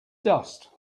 dust